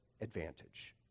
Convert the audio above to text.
advantage